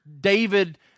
David